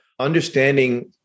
Understanding